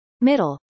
Middle